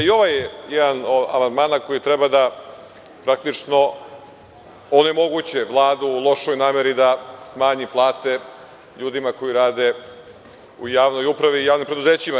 Pa i ovo je jedan od amandmana koji treba da praktično onemoguće Vladu u lošoj nameri da smanji plate ljudima koji rade u javnoj upravi i javnim preduzećima.